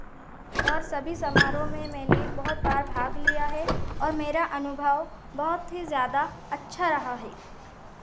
और सभी समारोह में मैंने बहुत बार भाग लिया है और मेरा अनुभव बहुत ही ज़्यादा अच्छा रहा है